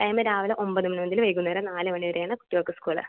time രാവിലെ ഒമ്പത് മണി മുതൽ വൈകുന്നേരം നാല് മണി വരെ ആണ് കുട്ടികൾക്ക് സ്കൂള്